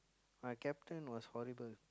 my captain was horrible